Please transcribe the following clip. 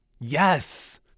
Yes